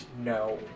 No